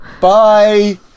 Bye